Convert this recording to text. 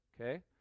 Okay